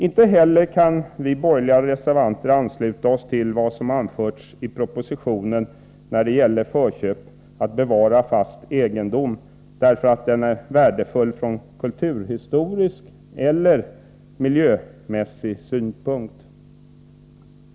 Inte heller kan vi borgerliga reservanter ansluta oss till vad som anförts i propositionen när det gäller förköp för att bevara fast egendom därför att den är värdefull från kulturhistorisk eller miljömässig synpunkt.